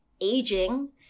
aging